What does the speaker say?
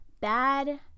bad